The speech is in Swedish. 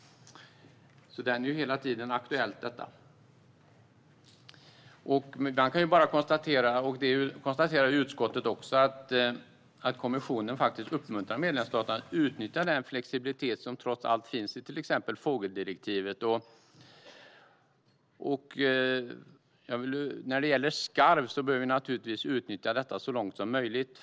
Det är hela tiden aktuellt. Utskottet konstaterar också att kommissionen uppmuntrar medlemsstaterna att utnyttja den flexibilitet som trots allt finns i till exempel fågeldirektivet. När det gäller skarv bör vi naturligtvis utnyttja detta så långt som möjligt.